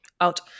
out